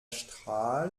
strahl